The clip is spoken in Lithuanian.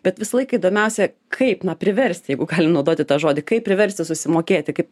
bet visą laiką įdomiausia kaip na priversti jeigu galim naudoti tą žodį kaip priversti susimokėti kaip